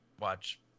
watch